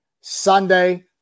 Sunday